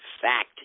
fact